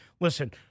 listen